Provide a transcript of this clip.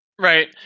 Right